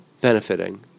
benefiting